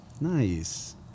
Nice